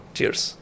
Cheers